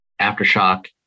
Aftershock